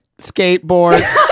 Skateboard